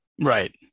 right